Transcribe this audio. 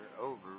over